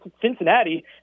Cincinnati